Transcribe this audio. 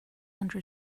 under